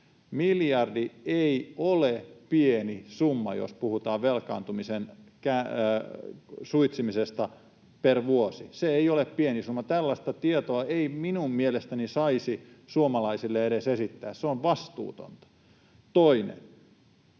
miljardi ei ole pieni summa, jos puhutaan velkaantumisen suitsimisesta per vuosi. Se ei ole pieni summa. Tällaista tietoa ei minun mielestäni saisi suomalaisille edes esittää. Se on vastuutonta. Toinen: